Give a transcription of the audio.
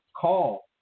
Call